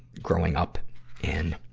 growing up in.